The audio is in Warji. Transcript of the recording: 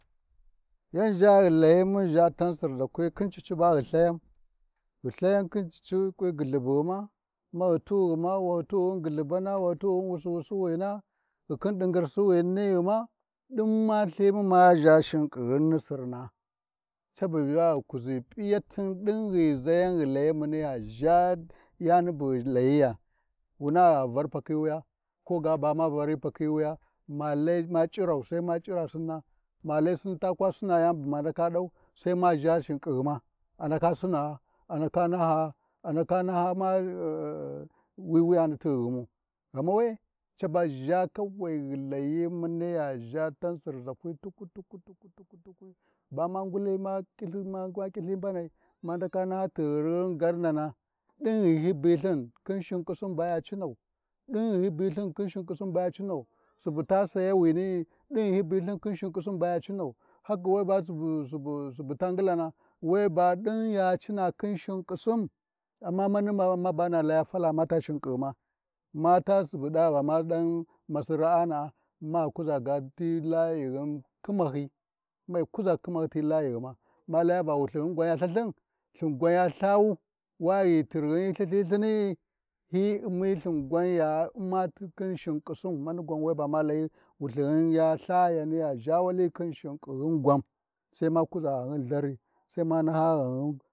Yanʒha ghi Layi mun ʒha tan Sirʒakwi thin cici ba ghi Lthayau, ghi Lthayan khin cici gwi gyullhubughima, maghitughima wahyitughima gullhubana, wahatughin wusi-wusi wina, ghingi ɗingyirsiwini nighima, ɗin ma Lthin ma ʒha shinkighin ni Sirna, cabu ʒha ghi kuʒi piyatin ɗin ghi ghu zayan, ghi layi, muniya ʒha yayi bu ghi Layiya, wuna gha var palkhi wuya, koga bama vari pakhi wuya, ma Lai ma c'irau, sai ma c’irasinna, ma lai sinni ta kwa sinaa yani buma ndaka ɗau, Sai ma ʒhashinkighima, andaka sinaa landaka naha, andaka naha ma uh—uh-- wi wuyani tighighimu, ghama we-e, caba ghi layi muna khiya ʒha tau sirʒakwi tuku-tuku-tuku-tuki bama nguli ma kiLthi mbanai, ma ndaka naha tirghin garnana ɗin ghi hyi biLthini, khin shin ƙisin baya cinau, din ghi hyi biLthini khin shin ƙisin ɓaya cinau, subu taa sayawini’i, ɗin ghi hyi biLthin khin shin ƙisin baya cinau, haka weba Subu subu taa ngilana weba ɗin ya cina khin Shinƙisin, amma mani mabana laya ma ma fala ta shinkighima, mata ma subu ɗava ma masi ra’a na’a ma kuʒa ga ti layighin khimahyi lmei kuʒa ga khimahyi ti layighima, mna laya ɓa wulthighim ya Lthalthin gwan ya Lthau wa ghi tirghin ltha LthiLthini’i, hyi Ummi Lthin gwan ya Umma khin shinkisin mani gwan ma layi WuLthin gwan ya khya zha wali khin shinkighin gwan sai ma kuʒa ghanghin Lhari Sai ma naha ghanghin.